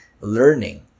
learning